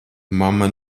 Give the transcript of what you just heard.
mamma